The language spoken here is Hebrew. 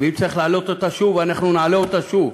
ואם צריך להעלות אותו שוב אנחנו נעלה אותו שוב,